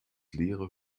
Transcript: leere